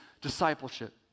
Discipleship